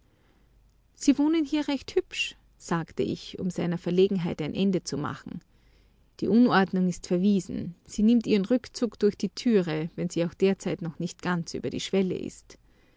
sie wohnen hier recht hübsch sagte ich um seiner verlegenheit ein ende zu machen die unordnung ist verwiesen sie nimmt ihren rückzug durch die türe wenn sie auch derzeit noch nicht ganz über die schwelle ist